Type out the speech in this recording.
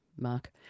mark